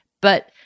But-